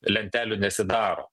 lentelių nesidaro